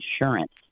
insurance